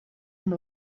amb